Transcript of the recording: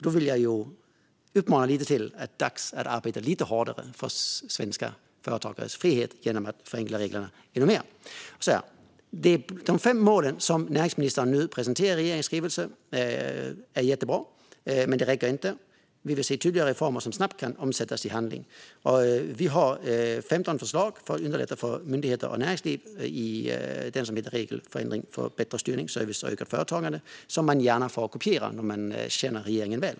Då vill jag uppmana till att det är dags att arbeta lite hårdare för svenska företagares frihet genom att förenkla reglerna ännu mer. De fem mål som näringsministern nu presenterar i regeringens skrivelse är jättebra, men det räcker inte. Vi vill se tydligare reformer som snabbt kan omsättas i handling. Vi har 15 förslag för att underlätta för myndigheter och näringsliv i motionen som heter Regelförenkling för bätt re styrning, service och ökat företagande . Vi känner regeringen väl; man får gärna kopiera förslagen!